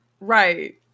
right